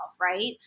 right